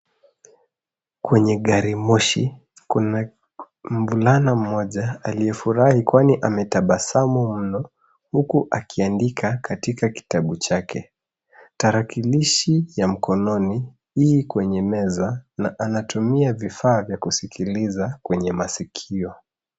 Kwenye gari moshi kuna mvulana mmoja aliyefurahi kwani ametabasamu mno huku akiandika katika kitabu chake. Tarakilishi ya mkononi i kwenye meza na anatumia vifaa vya kusikiliza kwenye masikio.